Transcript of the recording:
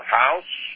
house